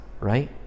right